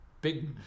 big